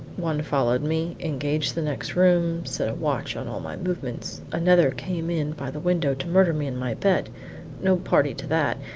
one followed me, engaged the next room, set a watch on all my movements another came in by the window to murder me in my bed no party to that,